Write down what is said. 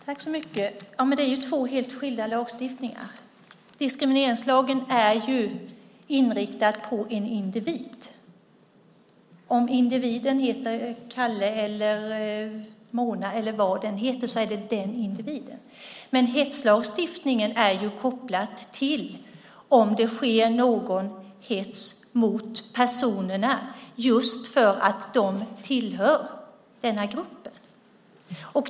Fru talman! Ja, men det är ju två helt skilda lagstiftningar. Diskrimineringslagen är inriktad på en individ. Om individen heter Kalle eller Mona, eller vad den nu heter, så är det den individen. Men hetslagstiftningen är kopplad till om det sker någon hets mot personerna just för att de tillhör denna grupp.